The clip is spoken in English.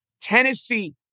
Tennessee